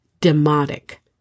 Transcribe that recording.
Demotic